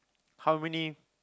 how many